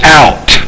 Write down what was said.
out